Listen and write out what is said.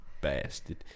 Bastard